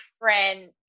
different